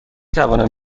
توانم